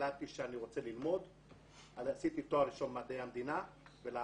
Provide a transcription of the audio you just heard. החלטתי שאני רוצה ללמוד ועשיתי תואר ראשון במדעי המדינה ולאחרונה